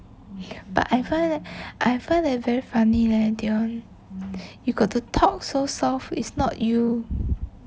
but I find that I find that very funny leh dion you got to talk so soft it's not you